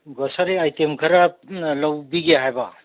grocery item ꯈꯔ ꯂꯧꯕꯤꯒꯦ ꯍꯥꯏꯕ